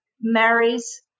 marries